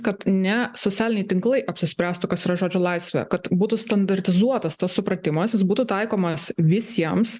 kad ne socialiniai tinklai apsispręstų kas yra žodžio laisvė kad būtų standartizuotas tas supratimas jis būtų taikomas visiems